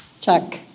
Chuck